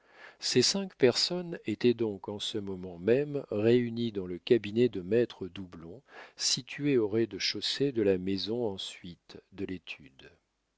ces cinq personnes étaient donc en ce moment même réunies dans le cabinet de maître doublon situé au rez-de-chaussée de la maison en suite de l'étude